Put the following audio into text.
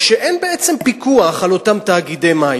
כשאין בעצם פיקוח על אותם תאגידי מים.